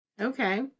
Okay